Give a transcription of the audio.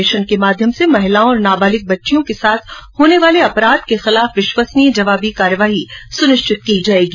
mission के माध्यम से महिलाओं और नाबालिग बच्चियों के साथ होने वाले अपराध के विरूद्ध विश्वसनीय जवाबी कार्रवाई सुनिश्चित की जायेगी